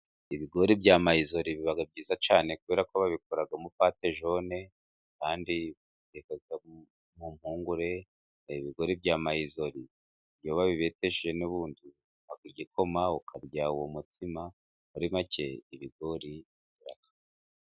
Ibigori bya mayizole biba byiza cyane kubera ko babikoramo patejone, kandi ikorwa mumpungure. Ibigori bya mayizori iyo babibeteshyeje n'ubundi unywa igikoma ukarya uwo mutsima muri make ibigori biba byiza.